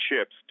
ships